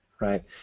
right